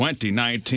2019